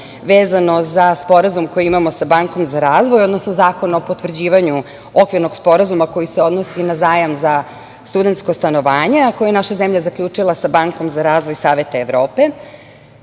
vezano za sporazum koji imamo sa Bankom za razvoj, odnosno Zakon o potvrđivanju Okvirnog sporazuma koji se odnosi na zajam za studentsko stanovanje, a koji je naša zemlja zaključila sa Bankom za razvoj Saveta Evrope. Kolege